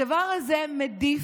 הדבר הזה מדיף